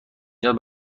نیاز